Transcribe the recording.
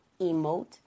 emote